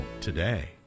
today